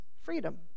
freedom